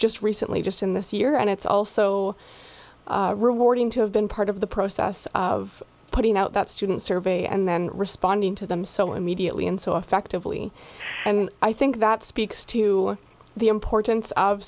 just recently just in this year and it's also rewarding to have been part of the process of putting out that student survey and then responding to them so immediately and so effectively and i think that speaks to the importance of